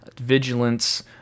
vigilance